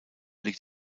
liegt